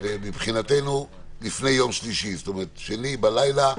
אלה שני מישורים שונים: יש מישור מדיניות ויש מישור משפטי.